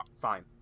Fine